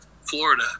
Florida